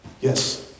Yes